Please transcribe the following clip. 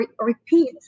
repeat